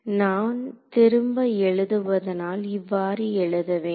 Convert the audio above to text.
நான் திரும்ப எழுதுவதானால் இவ்வாறு எழுத வேண்டும்